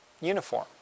uniform